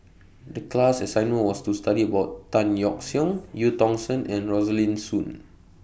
The class assignment was to study about Tan Yeok Seong EU Tong Sen and Rosaline Soon